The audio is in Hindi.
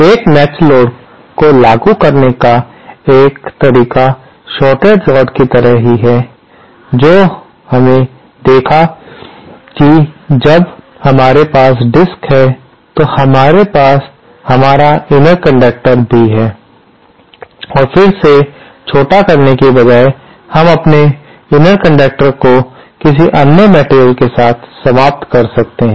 एक मेचड़ लोड को लागू करने का एक तरीका शॉर्टेड लोड की तरह ही है जो हमें देखा जब हमारे पास डिस्क है हमारे पास हमारा इनर कंडक्टर भी है और फिर से छोटा करने के बजाय हम अपने इनर कंडक्टर को किसी अन्य मटेरियल के साथ समाप्त कर सकते हैं